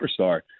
superstar